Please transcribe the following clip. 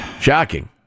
Shocking